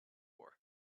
war